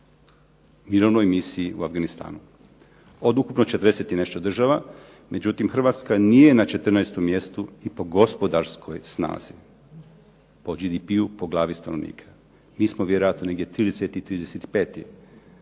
mirovnoj misiji u Afganistanu od ukupno 40 i nešto država. Međutim, Hrvatska nije na 14 mjestu i po gospodarskoj snazi, po GDP-u po glavi stanovnika. Mi smo vjerojatno negdje 30, 35.